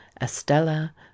estella